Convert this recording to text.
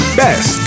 best